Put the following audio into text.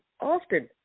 often